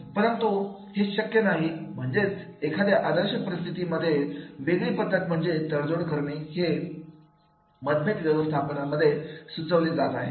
परंतु हे शक्य नाही म्हणजेच एखाद्या आदर्श परिस्थिती म्हणजेच वेगळी पद्धत म्हणजे तडजोड करणे हे मतभेद व्यवस्थापनामध्ये सुचवले जात आहे